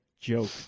joke